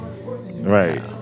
Right